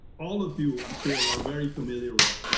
all of you i'm sure are very familiar with,